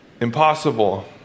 Impossible